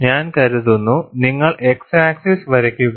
ഞാൻ കരുതുന്നു നിങ്ങൾ x ആക്സിസ് വരയ്ക്കുക